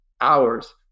hours